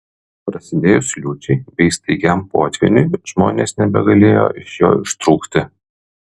prasidėjus liūčiai bei staigiam potvyniui žmonės nebegalėjo iš jo ištrūkti